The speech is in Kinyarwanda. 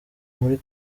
muri